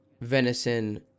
venison